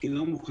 היא לא מוחלטת,